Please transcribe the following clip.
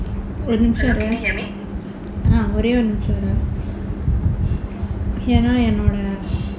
ஒரு நிமஷம் இரு ஒரே ஒரு நிமிஷம் இரு ஏனா என்னோட:oru nimasham iru orae oru nimisham iru yaena ennoda